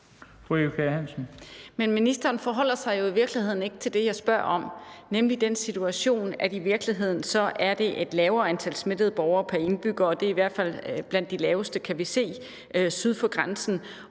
ministeren forholder sig jo i virkeligheden ikke til det, jeg spørger om, nemlig den situation, at de i virkeligheden har et lavere antal smittede borgere i forhold til indbyggertallet syd for grænsen,